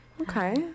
okay